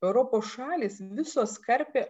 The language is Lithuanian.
europos šalys visos karpė